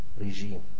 regime